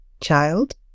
child